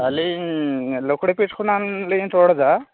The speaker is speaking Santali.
ᱞᱟᱹᱭᱮᱫᱼᱟᱹᱧ ᱞᱚᱠᱲᱤᱯᱮᱥ ᱠᱷᱚᱱᱟᱜ ᱞᱤᱧ ᱨᱚᱲᱮᱫᱟ